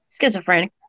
Schizophrenic